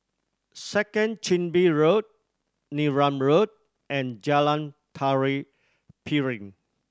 Second Chin Bee Road Neram Road and Jalan Tari Piring